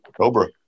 cobra